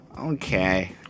okay